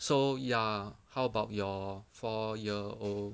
so ya how about your four year old